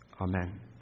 Amen